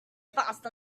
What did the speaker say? fast